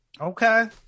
Okay